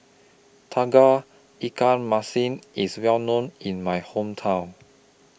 Tauge Ikan Masin IS Well known in My Hometown